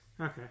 okay